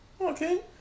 Okay